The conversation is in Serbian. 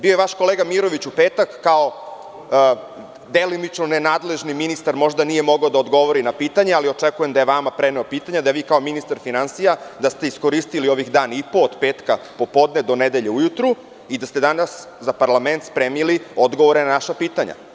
Bio je vaš kolega Mirović u petak, kao delimično nenadležni ministar, možda nije mogao da odgovori na pitanja, ali očekujem da je vama preneo pitanja, da ste vi kao ministar finansija iskoristili ovih dan i po, od petka popodne do nedelje ujutru i da ste danas za parlament spremili odgovore na naša pitanja.